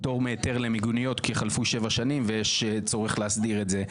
פטור מהיתר למיגוניות כי חלפו 7 שנים ויש צורך להסדיר את זה.